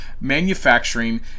Manufacturing